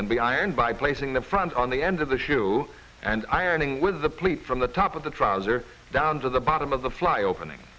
and be ironed by placing the front on the end of the shoe and ironing with a pleat from the top of the trouser down to the bottom of the fly opening